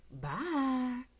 Bye